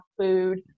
food